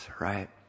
right